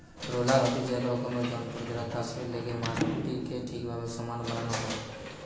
roller হতিছে এক রকমের যন্ত্র জেটাতে চাষের লেগে মাটিকে ঠিকভাবে সমান বানানো হয়